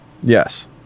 Yes